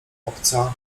obca